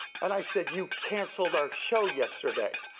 and i said you cancelled our show yesterday.